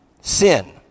sin